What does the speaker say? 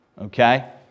okay